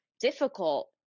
difficult